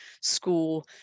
school